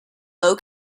low